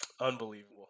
Unbelievable